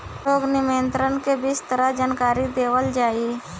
रोग नियंत्रण के विस्तार जानकरी देल जाई?